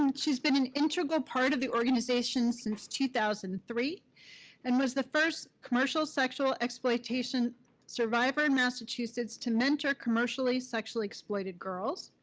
um she's been an integral part of the organization since two thousand and three and was the first commercial sexual exploitation survivor in massachusetts to mentor commercially sexually exploited girls,